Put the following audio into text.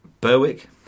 Berwick